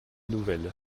nouvelle